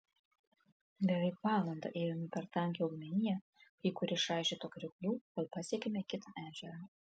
beveik valandą ėjome per tankią augmeniją kai kur išraižytą krioklių kol pasiekėme kitą ežerą